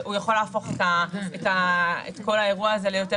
הוא יכול להפוך את כל האירוע הזה ליותר